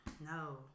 No